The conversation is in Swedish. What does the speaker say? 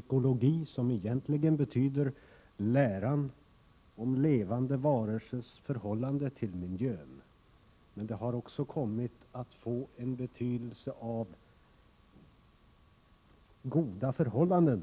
Ekologi betyder egentligen läran om levande varelsers förhållande till miljön, men det har också kommit att få en betydelse av goda förhållanden